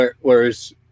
Whereas